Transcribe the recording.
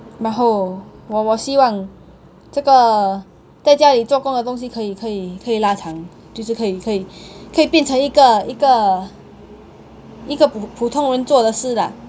然后我我希望这个在家里做工的东西可以可以拉长就是可以可以可以变成一个一个一个普通人做的事 lah